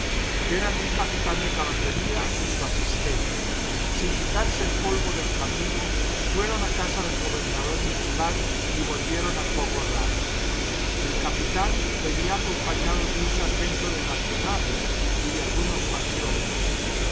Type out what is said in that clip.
eran un capitán de caballería y su asistente sin quitarse el polvo del camino fueron a casa del gobernador militar y volvieron al poco rato el capitán venía acompañado de un sargento de nacionales y de algunos patriotas